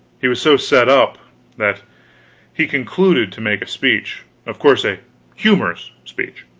he was so set up that he concluded to make a speech of course a humorous speech.